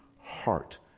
heart